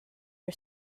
our